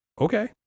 okay